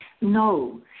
no